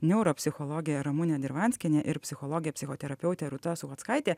neuropsichologė ramunė dirvanskienė ir psichologė psichoterapeutė rūta suchockaitė